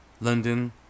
London